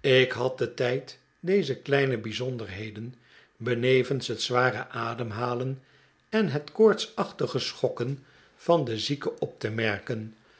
ik had den tijd deze kleine bijzonderheden benevens het zware ademhalen en het koortsachtige schokken van den zieke op te merken